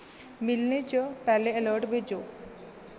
मिलने च पैह्लें अलर्ट भेजो